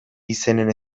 izenen